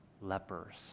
lepers